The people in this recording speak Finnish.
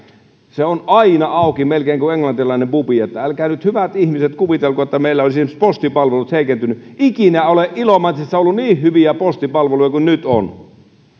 se on aina auki melkein kuin englantilainen pubi älkää nyt hyvät ihmiset kuvitelko että meillä olisivat esimerkiksi postipalvelut heikentyneet ikinä ei ole ilomantsissa ollut niin hyviä postipalveluja kuin nyt on